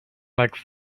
like